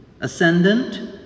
ascendant